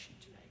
today